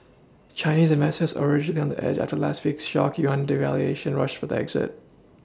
Chinese investors already on the edge after last week's shock yuan devaluation rushed for the exit